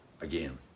again